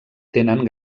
tenen